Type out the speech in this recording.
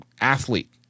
athlete